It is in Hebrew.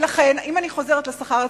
ולכן, אם אני חוזרת לשכר הציבורי,